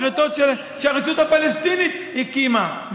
מחרטות שהרשות הפלסטינית הקימה,